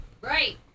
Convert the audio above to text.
Right